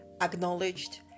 acknowledged